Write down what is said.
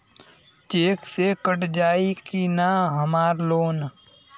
Check से cut जाई की ना हमार लोन?